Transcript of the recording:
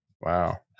Wow